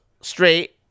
straight